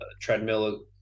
treadmill